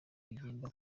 bigenda